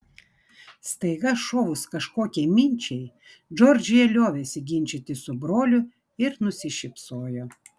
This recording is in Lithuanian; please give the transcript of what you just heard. staiga šovus kažkokiai minčiai džordžija liovėsi ginčytis su broliu ir nusišypsojo